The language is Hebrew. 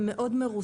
זה מאוד מרוסן.